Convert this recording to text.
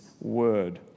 word